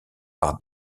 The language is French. par